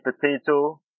potato